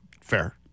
Fair